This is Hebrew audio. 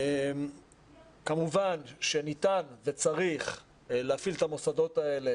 כמובן שניתן וצריך להפעיל את המוסדות האלה